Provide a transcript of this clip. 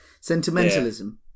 Sentimentalism